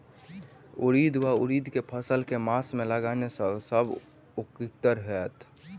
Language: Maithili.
उड़ीद वा उड़द केँ फसल केँ मास मे लगेनाय सब सऽ उकीतगर हेतै?